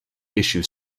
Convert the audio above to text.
issue